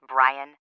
Brian